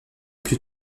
plus